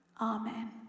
Amen